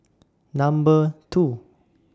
Number two